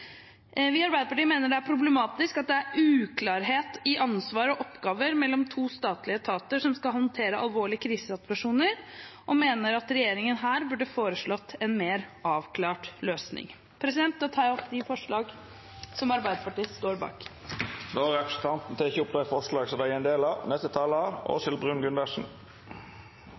Vi i Arbeiderpartiet mener det er problematisk at det er uklarhet i ansvar og oppgaver mellom to statlige etater som skal håndtere alvorlige krisesituasjoner, og mener at regjeringen burde foreslått en mer avklart løsning. Jeg tar opp de forslag Arbeiderpartiet står bak, sammen med Senterpartiet og SV. Representanten Stine Renate Håheim har teke opp dei forslaga Arbeidarpartiet er ein del av.